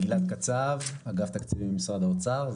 גלעד קצב, אגף תקציבים במשרד האוצר.